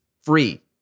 free